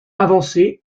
avancer